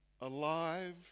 alive